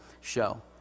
show